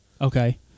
Okay